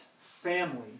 family